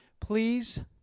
Please